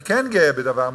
אני כן גאה בדבר מסוים,